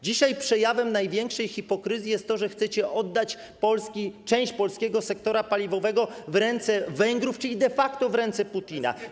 Dzisiaj przejawem największej hipokryzji jest to, że chcecie oddać część polskiego sektora paliwowego w ręce Węgrów, czyli de facto w ręce Putina.